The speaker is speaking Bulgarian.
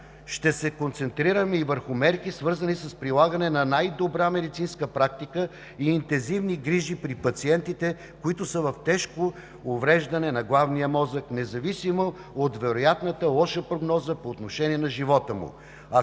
Ще се концентрираме и върху мерки, свързани с прилагане на най-добра медицинска практика и интензивни грижи при пациентите, които са в тежко увреждане на главния мозък, независимо от вероятната лоша прогноза по отношение на живота им,